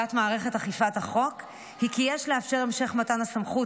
עמדת מערכת אכיפת החוק היא כי יש לאפשר המשך מתן הסמכות